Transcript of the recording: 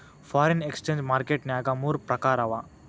foreign exchange market ನ್ಯಾಗ ಮೂರ್ ಪ್ರಕಾರವ